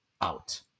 out